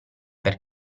per